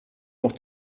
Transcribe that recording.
noch